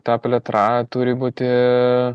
ta plėtra turi būti